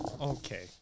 Okay